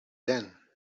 then